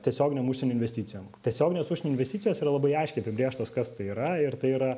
tiesioginėm užsienio investicijom tiesioginės užsienio investicijos yra labai aiškiai apibrėžtos kas tai yra ir tai yra